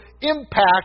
impact